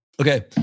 Okay